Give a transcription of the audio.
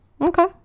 Okay